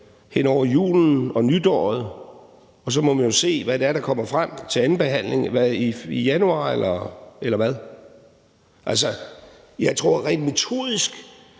hen over julen og nytåret, og så må man jo se, hvad der kommer frem til andenbehandlingen, som er i januar, eller hvad? Jeg tror rent metodisk